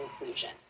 inclusion